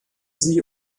sie